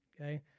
okay